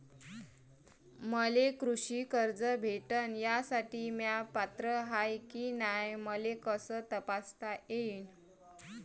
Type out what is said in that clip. मले कृषी कर्ज भेटन यासाठी म्या पात्र हाय की नाय मले कस तपासता येईन?